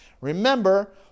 Remember